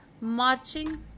marching